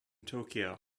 tokyo